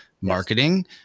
marketing